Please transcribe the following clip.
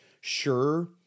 Sure